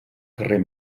carrer